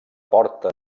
porta